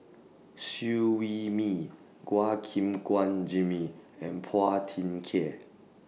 Siew Wee Mee Gim Guan Jimmy and Phua Thin Kiay